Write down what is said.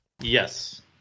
Yes